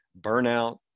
burnout